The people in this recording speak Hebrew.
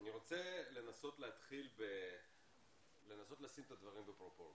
אני רוצה לנסות לשים את הדברים בפרופורציה,